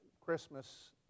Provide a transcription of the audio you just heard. Christmas